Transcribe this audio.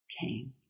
came